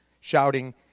shouting